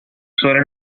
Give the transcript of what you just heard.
suele